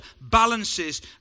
balances